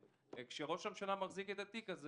וכשראש הממשלה מחזיק את התיק הזה,